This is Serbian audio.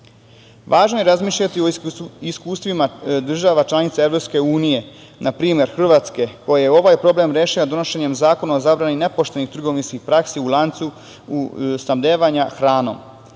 je razmišljati o iskustvima država članica EU, na primer Hrvatske koja je ovaj problem rešila donošenjem Zakona o zabrani nepoštenih trgovinskih praksi u lancu snabdevanja hranom. Jedan